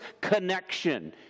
connection